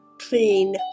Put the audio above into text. clean